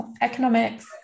Economics